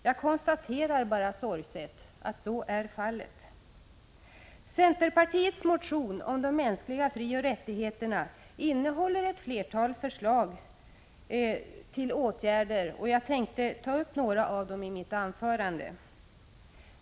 Jag konstaterar bara sorgset att så är fallet. Centerpartiets motion om de mänskliga frioch rättigheterna innehåller ett flertal förslag till åtgärder, och jag tänkte ta upp några av dem i mitt anförande.